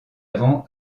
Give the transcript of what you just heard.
avant